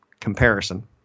comparison